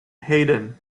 haydn